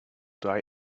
die